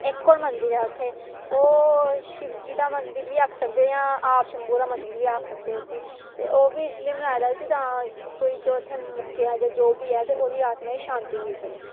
एक्क होर मंदिर ऐ उत्थें ओह् शिवजी दा मंदिर बी आक्खी सकदे आं जां आप शम्भू दा मंदिर बी आक्खी सकदे उसी ते ओह् बी इस लेई बनाए दा जां कोई जो उत्थें मुक्केआ जां जो बी ऐ ते ओह्दी आत्मा गी शांंति मिली सकै